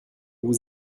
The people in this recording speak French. vous